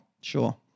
Sure